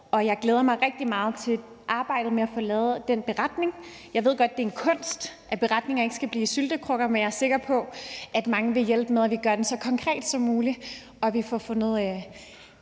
Jeg glæder mig rigtig meget til arbejdet med at få lavet den beretning. Jeg ved godt, det er en kunst at sørge for, at beretninger ikke bliver syltekrukker, men jeg er sikker på, at mange vil hjælpe med at gøre den så konkret som muligt og med at finde